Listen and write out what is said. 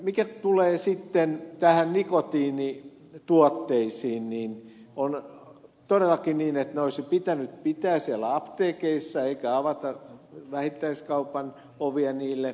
mitä tulee sitten näihin nikotiinituotteisiin niin on todellakin niin että ne olisi pitänyt pitää siellä apteekeissa eikä avata vähittäiskaupan ovia niille